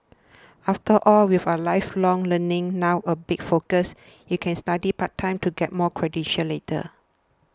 after all with a lifelong learning now a big focus you can study part time to get more credentials later